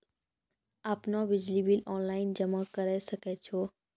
आपनौ बिजली bill online जमा करै सकै छौ?